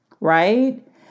right